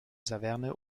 saverne